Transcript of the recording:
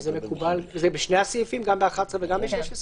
זה בשני הסעיפים, גם ב-11 וגם ב-16?